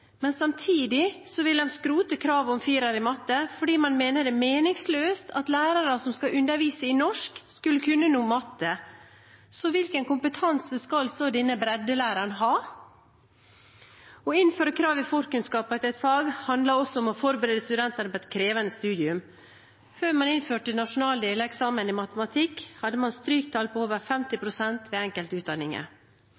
men samtidig vil de skrote kravet om 4 i matte fordi de mener det er meningsløst at lærere som skal undervise i norsk, skal kunne noe om matte. Hvilken kompetanse skal så denne breddelæreren ha? Å innføre krav om forkunnskaper i et fag handler også om å forberede studentene på et krevende studium. Før man innførte nasjonal deleksamen i matematikk, hadde man stryktall på over 50